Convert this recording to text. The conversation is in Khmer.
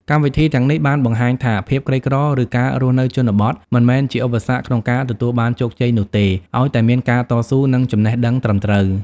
កម្មវិធីទាំងនេះបានបង្ហាញថាភាពក្រីក្រ ឬការរស់នៅជនបទមិនមែនជាឧបសគ្គក្នុងការទទួលបានជោគជ័យនោះទេ ឲ្យតែមានការតស៊ូ និងចំណេះដឹងត្រឹមត្រូវ។